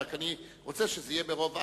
רק שאני רוצה שזה יהיה ברוב,